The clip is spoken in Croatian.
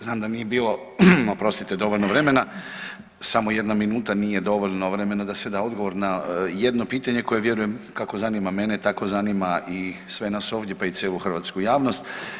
Znam da nije bilo dovoljno vremena, samo jedna minuta nije dovoljno vremena da se da odgovor na jedno pitanje koje vjerujem kako zanima mene, tako zanima i sve nas ovdje pa i cijelu hrvatsku javnost.